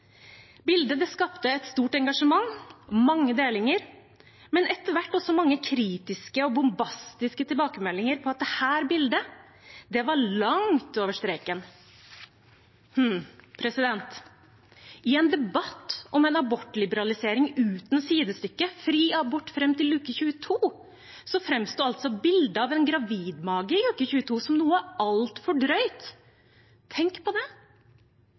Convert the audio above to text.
Bildet skapte et stort engasjement – mange delinger, men etter hvert også mange kritiske og bombastiske tilbakemeldinger på at dette bildet var langt over streken. I en debatt om en abortliberalisering uten sidestykke – fri abort fram til uke 22 – framsto altså bildet av en gravid mage i uke i 22 som noe altfor drøyt. Tenk på det.